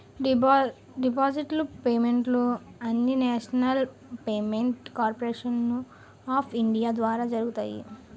digital పేమెంట్లు అన్నీనేషనల్ payment corporation of India ద్వారా జరుగుతాయి